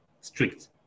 strict